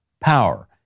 power